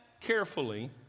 carefully